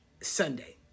Sunday